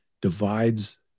divides